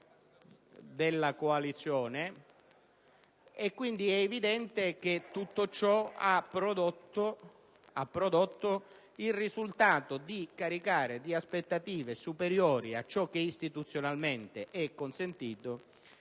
candidato. È quindi evidente che tutto ciò ha prodotto il risultato di caricare di aspettative superiori a ciò che istituzionalmente è consentito